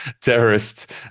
terrorist